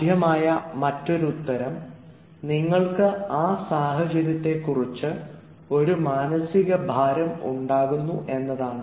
സാധ്യമായ മറ്റൊരു ഉത്തരം നിങ്ങൾക്ക് ആ സാഹചര്യത്തെ കുറിച്ച് ഒരു മാനസിക ഭാരം ഉണ്ടാകുന്നു എന്നതാണ്